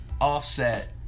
offset